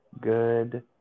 good